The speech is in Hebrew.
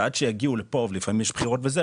ועד שיגיעו לפה ולפעמים יש בחירות וזה,